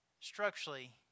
structurally